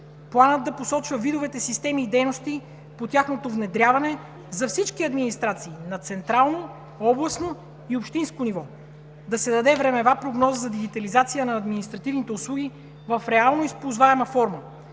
Планът да посочва видовете системи и дейности по тяхното внедряване за всички администрации – на централно, областно и общинско ниво. Да се даде времева прогноза за дигитализация на административните услуги в реално използваема форма,